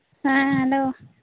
ᱦᱮᱸ ᱦᱮᱞᱳ ᱣ